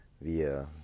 via